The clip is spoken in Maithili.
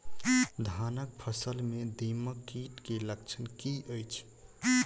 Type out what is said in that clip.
धानक फसल मे दीमक कीट केँ लक्षण की अछि?